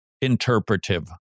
interpretive